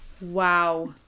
wow